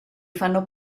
fanno